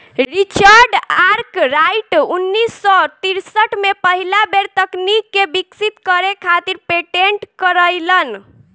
Richard Arkwright उन्नीस सौ तिरसठ में पहिला बेर तकनीक के विकसित करे खातिर पेटेंट करइलन